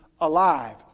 alive